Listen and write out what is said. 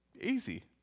Easy